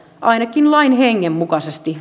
ainakin lain hengen mukaisesti